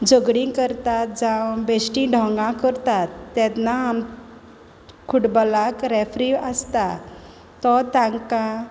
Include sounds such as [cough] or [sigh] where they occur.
झगडीं करतात जावं बेश्टीं ढोंगा करतात तेन्ना [unintelligible] फुटबॉलाक रेफ्री आसता तो तांकां